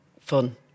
fun